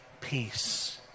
peace